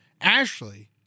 Ashley